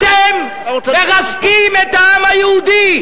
אתם מרסקים את העם היהודי.